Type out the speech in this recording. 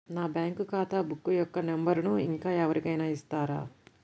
నా బ్యాంక్ ఖాతా బుక్ యొక్క నంబరును ఇంకా ఎవరి కైనా ఇస్తారా?